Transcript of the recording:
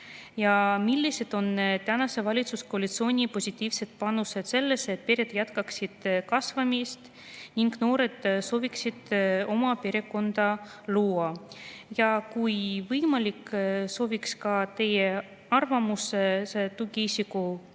Millised on tänase valitsuskoalitsiooni positiivsed panused sellesse, et pered jätkaksid kasvamist ning noored sooviksid oma perekonda luua? Ja kui võimalik, sooviks ka teie arvamust tugiisikuteenuse